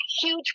huge